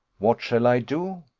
what shall i do?